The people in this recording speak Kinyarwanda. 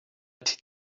ati